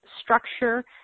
structure